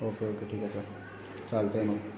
okay okay ठीक आहे sir चालतं आहे मग